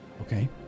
Okay